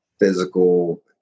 physical